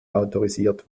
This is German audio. autorisiert